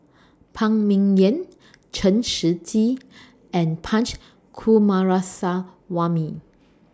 Phan Ming Yen Chen Shiji and Punch Coomaraswamy